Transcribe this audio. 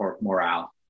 morale